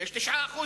יש 9%